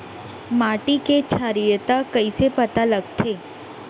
माटी के क्षारीयता कइसे पता लगथे?